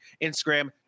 Instagram